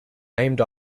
named